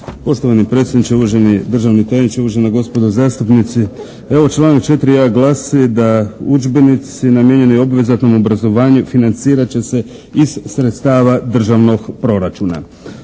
Poštovani predsjedniče, uvaženi državni tajniče, uvažena gospodo zastupnici. Evo članak 4. glasi da udžbenici namijenjeni obvezatnom obrazovanju financirat će se iz sredstava državnog proračuna.